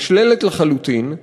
נשללת לחלוטין.